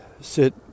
sit